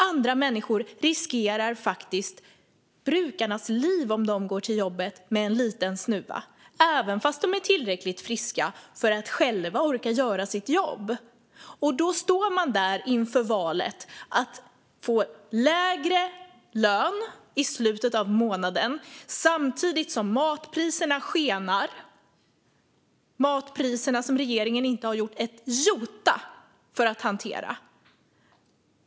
Andra människor riskerar faktiskt brukarnas liv om de går till jobbet med en liten snuva, även om de är tillräckligt friska för att själva orka göra sitt jobb. De står alltså inför valet att få lägre lön i slutet av månaden samtidigt som matpriserna - som regeringen inte har gjort ett jota för att hantera - skenar.